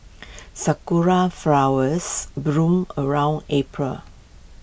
Sakura Flowers bloom around April